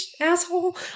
asshole